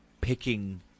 picking